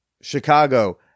Chicago